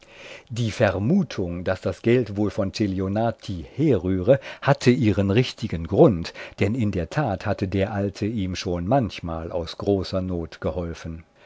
die vermutung daß das geld wohl von celionati herrühre hatte ihren richtigen grund denn in der tat hatte der alte ihm schon manchmal aus großer not geholfen